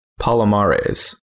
Palomares